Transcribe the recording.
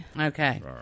Okay